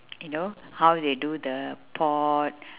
you know how they do the pot